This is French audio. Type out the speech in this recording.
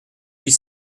huit